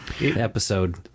episode